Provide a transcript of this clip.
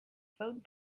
phone